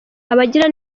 abagira